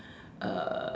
uh